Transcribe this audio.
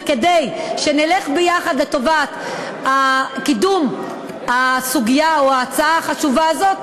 וכדי שנלך ביחד לטובת קידום הסוגיה או ההצעה החשובה הזאת,